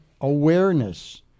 awareness